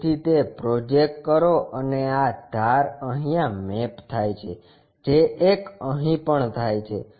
તેથી તે પ્રોજેક્ટ કરો અને આ ધાર અહીંયા મેપ થાય છે જે એક અહીં પણ થાય છે